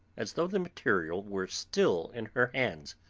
as though the material were still in her hands